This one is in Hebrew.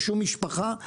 בשום משפחה,